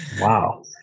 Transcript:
Wow